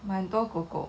买很多狗狗